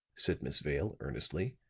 said miss vale, earnestly.